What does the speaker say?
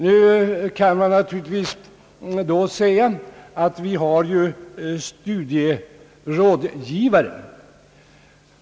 Nu kan man naturligtvis säga att det finns studierådgivare.